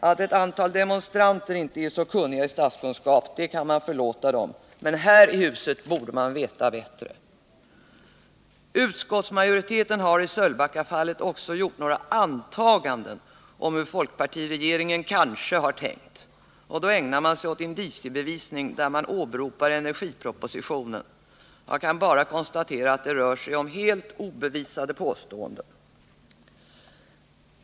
Att ett antal demonstranter inte är så kunniga i statskunskap må vara dem förlåtet. Men här i huset borde man veta bättre. Utskottsmajoriteten har i Sölvbackafallet också gjort några antaganden om hur folkpartiregeringen kanske har tänkt. Och då ägnar man sig åt indiciebevisning, där man åberopar energipropositionen. Jag kan bara konstatera att det rör sig om helt obevisade påståenden.